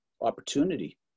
opportunity